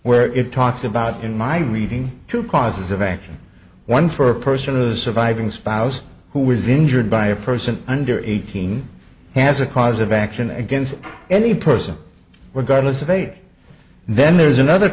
where it talks about in my reading two causes of action one for a person of the surviving spouse who was injured by a person under eighteen has a cause of action against any person regardless of age then there's another